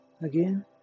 Again